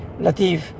Latif